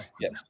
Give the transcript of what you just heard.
Yes